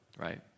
right